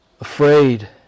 afraid